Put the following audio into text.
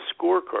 scorecard